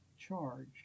charge